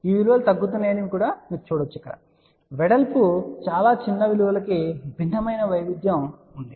ఈ విలువలు తగ్గుతున్నాయని మీరు చూడవచ్చు వెడల్పు యొక్క చాలా చిన్న విలువలకు భిన్నమైన వైవిధ్యం కొద్దిగా ఉంది